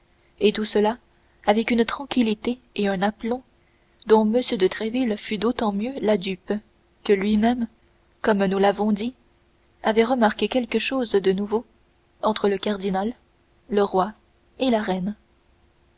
et tout cela avec une tranquillité et un aplomb dont m de tréville fut d'autant mieux la dupe que lui-même comme nous l'avons dit avait remarqué quelque chose de nouveau entre le cardinal le roi et la reine